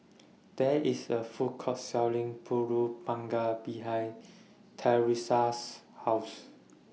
There IS A Food Court Selling Pulut Panggang behind Thresa's House